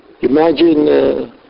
Imagine